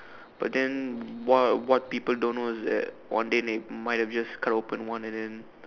but then what what people don't know is that one day they might have just cut open one and then